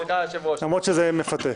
למרות שזה מפתה.